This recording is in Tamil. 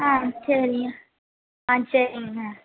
ஆ சரிங்க ஆ சரிங்க ஆ